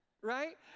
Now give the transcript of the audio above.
Right